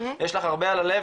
יש לך הרבה על הלב,